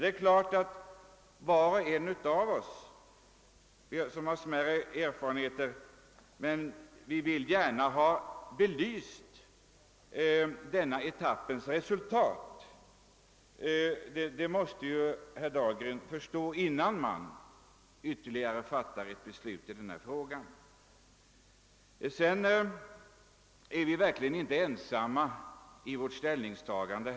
Det är klart att högerpartiet vill ha denna etapps resultat belyst, innan vi fattar ett beslut i denna fråga, det måste herr Dahlgren förstå. Vidare är vi verkligen inte ensamma om vårt ställningstagande.